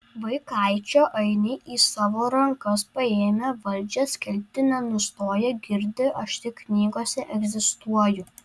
vaikaičio ainiai į savo rankas paėmę valdžią skelbti nenustoja girdi aš tik knygose egzistuoju